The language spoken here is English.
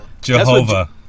Jehovah